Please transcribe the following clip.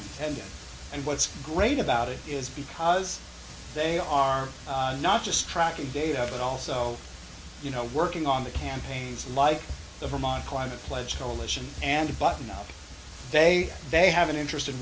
and and what's great about it is because they are not just tracking data but also you know working on the campaigns like the vermont climate pledge coalition and button up they they have an interest in